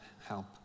help